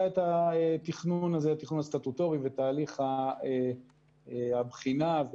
את התכנון הסטטוטורי ואת הליך הבחינה,